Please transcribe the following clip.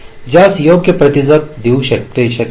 ज्यास तो योग्य प्रतिसाद देऊ शकेल